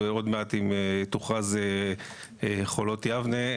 עוד מעט אם תוכרז חולות יבנה,